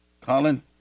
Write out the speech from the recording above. Colin